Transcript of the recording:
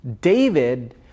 David